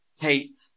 Kate